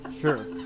Sure